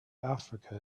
africa